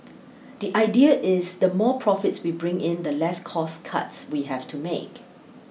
the idea is the more profits we bring in the less cost cuts we have to make